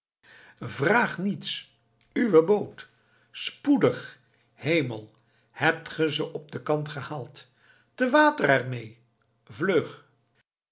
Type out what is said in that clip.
vraag niets uwe boot spoedig hemel hebt gij ze op den kant gehaald te water er mee vlug